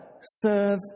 serve